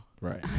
Right